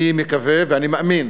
אני מקווה ואני מאמין